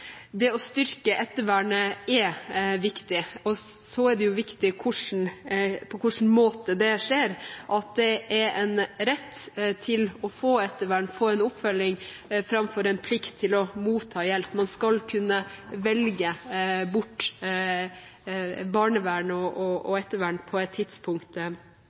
Det å styrke ettervernet er viktig, og det er viktig på hvilken måte det skjer – at det er en rett å få et ettervern, få en oppfølging, framfor en plikt til å motta hjelp. Man skal kunne velge bort barnevern og ettervern på et